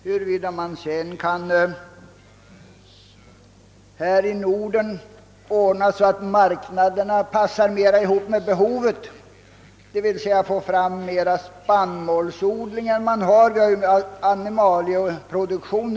Det återstår att se huruvida man här i Norden kan skapa en marknad som bättre passar behovet, d.v.s. större spannmålsproduktion och mindre animalieproduktion.